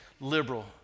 Liberal